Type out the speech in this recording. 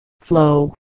flow